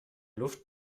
luft